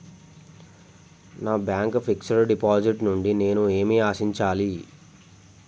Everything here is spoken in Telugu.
నా బ్యాంక్ ఫిక్స్ డ్ డిపాజిట్ నుండి నేను ఏమి ఆశించాలి?